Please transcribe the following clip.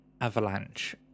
Avalanche